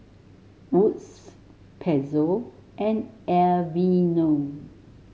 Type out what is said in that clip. Wood's Pezzo and Aveeno